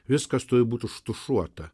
viskas turi būt užtušuota